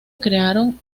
crearon